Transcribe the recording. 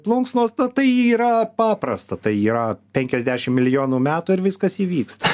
plunksnos na tai yra paprasta tai yra penkiasdešim milijonų metų ir viskas įvyksta